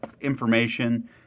information